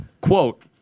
Quote